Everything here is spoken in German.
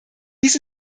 dies